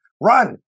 run